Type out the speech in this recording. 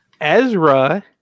Ezra